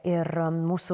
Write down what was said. ir mūsų